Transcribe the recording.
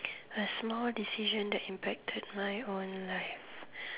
a small decision that impacted my own life